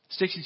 62